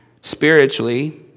Spiritually